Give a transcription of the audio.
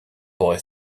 boy